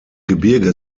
gebirge